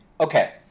okay